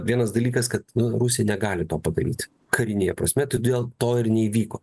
vienas dalykas kad rusija negali to padaryti karinėje prasme todėl to ir neįvyko